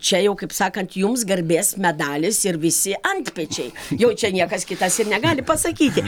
čia jau kaip sakant jums garbės medalis ir visi antpečiai jau čia niekas kitas ir negali pasakyti